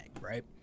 right